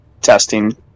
testing